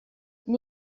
gli